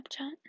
Snapchat